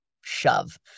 shove